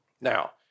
Now